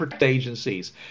agencies